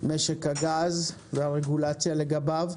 משק הגז והרגולציה לגביו.